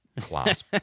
class